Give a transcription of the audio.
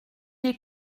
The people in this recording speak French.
est